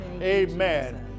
Amen